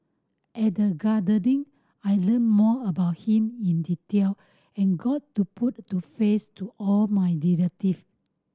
at the gathering I learnt more about him in detail and got to put to face to all my relative